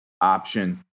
option